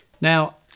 Now